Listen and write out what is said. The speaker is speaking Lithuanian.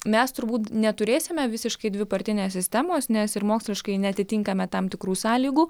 mes turbūt neturėsime visiškai dvipartinės sistemos nes ir moksliškai neatitinkame tam tikrų sąlygų